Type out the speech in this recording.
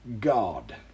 God